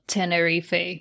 Tenerife